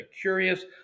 curious